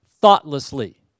thoughtlessly